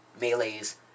melees